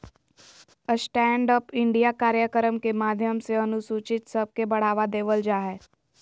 stand up India कार्यक्रम के माध्यम से अनुसूचित सब के बढ़ावा देवल जा हय